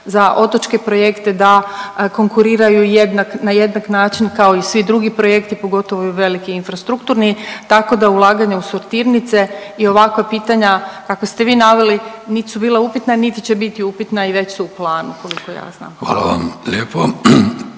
za otočke projekte da konkuriraju na jednak način ako i svi drugi projekti pogotovo ovi veliki infrastrukturni, tako da ulaganje u sortirnice i ovakva pitanja kakva ste vi naveli nit su bila upitna, niti će biti upitna i već su u planu koliko ja znam. **Vidović,